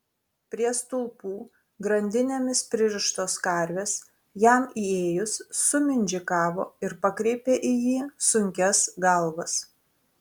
prie stulpų grandinėmis pririštos karvės jam įėjus sumindžikavo ir pakreipė į jį sunkias galvas